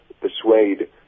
persuade